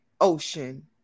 ocean